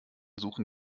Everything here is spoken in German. suchen